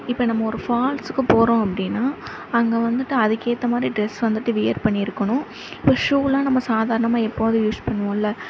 இப்போ நம்ம ஒரு ஃபால்ஸுக்கு போகிறோம் அப்படின்னா அங்கே வந்துவிட்டு அதுக்கேற்ற மாதிரி ட்ரெஸ் வந்துவிட்டு வியர் பண்ணி இருக்கணும் இப்போ ஷூலாம் நம்ம சாதாரணமாக எப்போதும் யூஸ் பண்ணுவோம்ல